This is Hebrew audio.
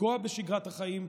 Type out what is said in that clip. לפגוע בשגרת החיים,